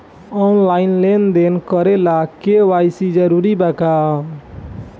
Online लेन देन करे ला के.वाइ.सी जरूरी बा का?